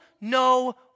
no